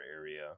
area